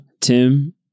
Tim